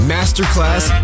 Masterclass